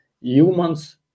humans